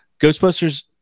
Ghostbusters